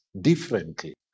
differently